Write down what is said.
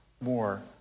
more